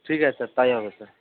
ঠিক আছে স্যার তাই হবে স্যার